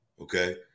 Okay